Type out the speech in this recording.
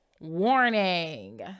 Warning